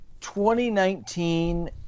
2019